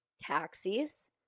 taxis